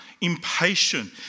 impatient